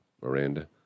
Miranda